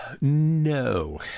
No